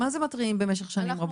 מה זה מתריעים במשך שנים רבות?